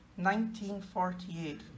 1948